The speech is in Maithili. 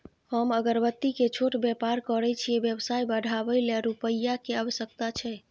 हम अगरबत्ती के छोट व्यापार करै छियै व्यवसाय बढाबै लै रुपिया के आवश्यकता छै?